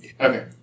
Okay